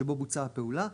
שבו בוצעה הפעולה,